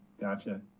Gotcha